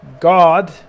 God